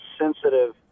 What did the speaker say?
sensitive